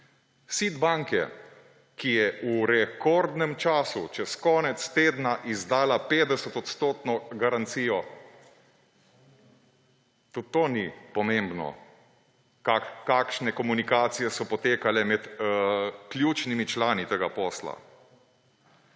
SID banke, ki je v rekordnem času čez konec tedna izdala 50-odstotno garancijo. Tudi to ni pomembno, kakšne komunikacije so potekale med ključnimi člani tega posla.